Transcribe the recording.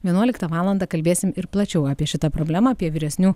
vienuoliktą valandą kalbėsim ir plačiau apie šitą problemą apie vyresnių